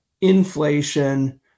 inflation